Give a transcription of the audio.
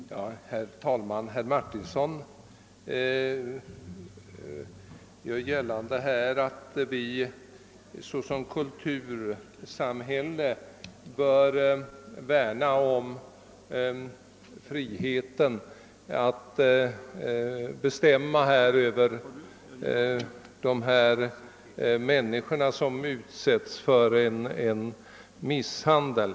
Herr talman! Herr Martinsson gör gällande att vi som medborgare i ett kultursamhälle bör värna om friheten att bestämma över de människor som utsättes för misshandel.